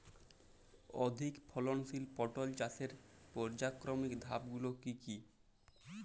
অধিক ফলনশীল পটল চাষের পর্যায়ক্রমিক ধাপগুলি কি কি?